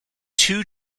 two